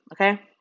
Okay